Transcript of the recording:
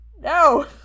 no